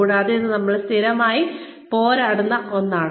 കൂടാതെ ഇത് നമ്മൾ സ്ഥിരമായി പോരാടുന്ന ഒന്നാണ്